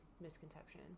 misconception